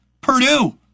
Purdue